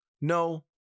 No